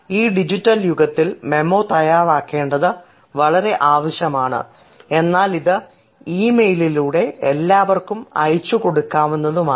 ഈ ഡിജിറ്റൽ യുഗത്തിൽ മെമ്മോ തയ്യാറാക്കേണ്ടത് വളരെ ആവശ്യമാണ് എന്നാൽ അത് ഇ മെയിലിലൂടെ എല്ലാവർക്കും അയച്ചു കൊടുക്കാവുന്നതാണ്